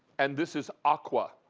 and this is aqua.